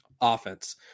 offense